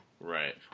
Right